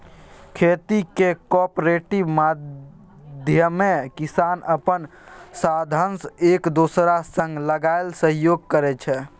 खेतीक कॉपरेटिव माध्यमे किसान अपन साधंश एक दोसरा संग लगाए सहयोग करै छै